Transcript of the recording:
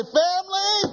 family